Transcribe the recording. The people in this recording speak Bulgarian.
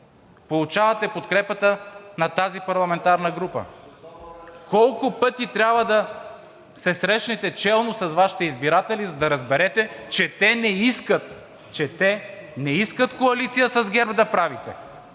получавате подкрепата на тази парламентарна група? Колко пъти трябва да се срещнете челно с Вашите избиратели, за да разберете, че те не искат, че те не искат да правите